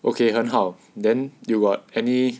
okay 很好 then you got any